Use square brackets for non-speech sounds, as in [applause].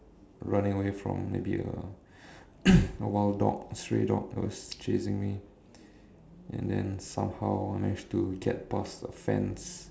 running away from maybe a [coughs] a wild dog stray dog that was chasing me and then somehow I managed to get past a fence